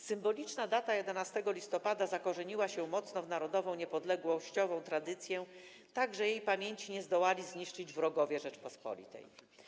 Symboliczna data 11 listopada zakorzeniła się mocno w narodowej, niepodległościowej tradycji, tak że jej pamięci nie zdołali zniszczyć wrogowie Rzeczypospolitej.